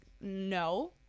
no